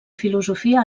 filosofia